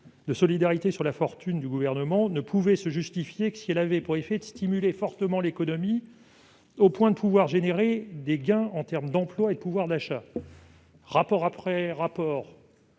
de solidarité sur la fortune (ISF) décidée par le Gouvernement ne pouvait se justifier que si elle avait pour effet de stimuler fortement l'économie au point de pouvoir générer des gains en termes d'emploi et de pouvoir d'achat. Rapport après rapport,